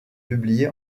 publiés